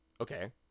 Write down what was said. Okay